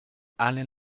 allen